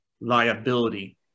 liability